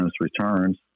Returns